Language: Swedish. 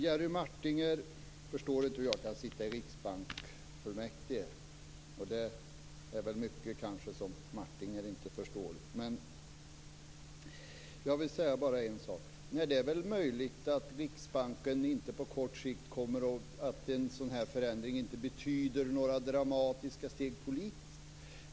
Jerry Martinger förstår inte hur jag kan sitta riksbanksfullmäktige, och det är väl kanske mycket som Martinger inte förstår. Nej, det är väl möjligt att en sådan här förändring på kort sikt inte betyder några dramatiska steg politiskt.